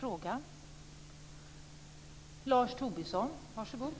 Då är vi redo att börja.